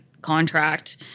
contract